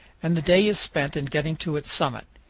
and the day is spent in getting to its summit.